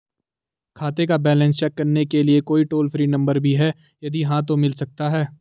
खाते का balance check करने के लिए कोई टॉल फ्री नम्बर भी है यदि हाँ तो मिल सकता है?